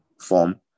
form